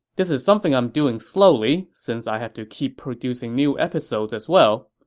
this is something i'm doing slowly, since i have to keep producing new episodes as well.